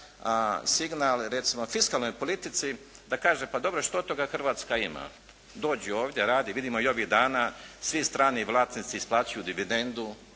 signal, recimo fiskalnoj politici da kaže pa dobro što od toga Hrvatska ima? Dođu ovdje, radi, vidimo i ovih dana svi strani vlasnici isplaćuju dividendu.